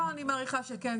אני מעריכה שכן,